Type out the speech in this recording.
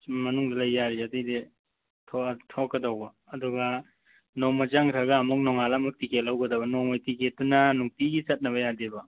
ꯁꯨꯝ ꯃꯅꯨꯡꯗ ꯂꯩ ꯌꯥꯔꯤꯁꯦ ꯑꯗꯩꯗꯤ ꯊꯣꯛꯂꯛ ꯊꯣꯛꯀꯗꯧꯕ ꯑꯗꯨꯒ ꯅꯣꯡꯃ ꯆꯪꯈ꯭ꯔꯒ ꯑꯃꯨꯛ ꯅꯣꯡꯉꯥꯜꯂ ꯑꯃꯨꯛ ꯇꯤꯛꯀꯦꯠ ꯂꯧꯒꯗꯕ ꯅꯣꯡꯃꯒꯤ ꯇꯤꯛꯀꯦꯠꯇꯨꯅ ꯅꯨꯡꯇꯤꯒꯤ ꯆꯠꯅꯕ ꯌꯥꯗꯦꯕ